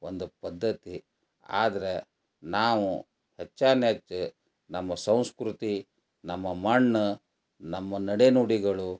ಒಂದು ಪದ್ಧತಿ ಆದ್ರೆ ನಾವು ಹೆಚ್ಚಾನೆಚ್ಚು ನಮ್ಮ ಸಂಸ್ಕೃತಿ ನಮ್ಮ ಮಣ್ಣು ನಮ್ಮ ನಡೆ ನುಡಿಗಳು